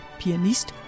pianist